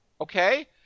Okay